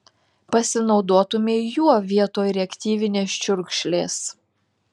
pasinaudotumei juo vietoj reaktyvinės čiurkšlės